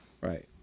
Right